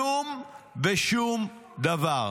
כלום ושום דבר.